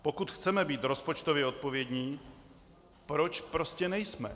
Pokud chceme být rozpočtově odpovědní, proč prostě nejsme?